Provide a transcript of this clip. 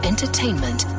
entertainment